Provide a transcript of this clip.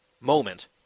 moment